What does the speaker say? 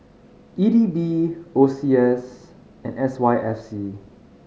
E D B O C S and S Y F C